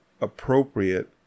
appropriate